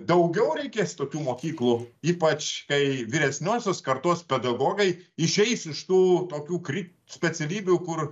daugiau reikės tokių mokyklų ypač kai vyresniosios kartos pedagogai išeis iš tų tokių kri specialybių kur